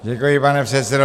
Děkuji, pane předsedo.